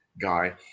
guy